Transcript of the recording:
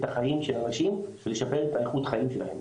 החיים של האנשים ולשפר את האיכות חיים שלהם,